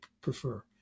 prefer